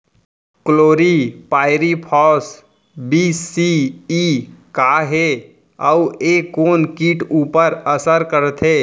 Chlorpyrifos बीस CE का हे अऊ ए कोन किट ऊपर असर करथे?